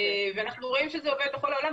אנחנו רואים שזה עובד בכל העולם.